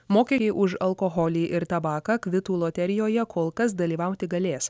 mokeriai už alkoholį ir tabaką kvitų loterijoje kol kas dalyvauti galės